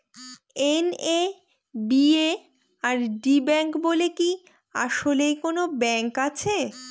NABARD bank বলে কি আসলেই কোনো ব্যাংক আছে?